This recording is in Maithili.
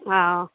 हॅं